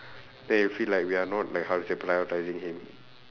then he feel like we are not like how to say prioritising him